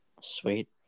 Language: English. Sweet